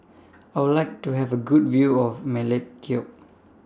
I Would like to Have A Good View of Melekeok